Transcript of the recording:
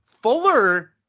Fuller